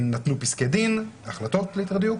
הם נתנו פסקי דין, או החלטות ליתר דיוק.